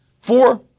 Four